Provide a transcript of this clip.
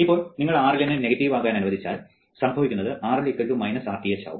ഇപ്പോൾ നിങ്ങൾ RL നെ നെഗറ്റീവ് ആകാൻ അനുവദിച്ചാൽ സംഭവിക്കുന്നത് RL Rth ആവും